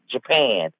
Japan